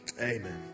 Amen